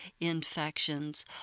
infections